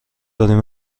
داریم